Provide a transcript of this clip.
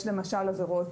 יש למשל עבירות,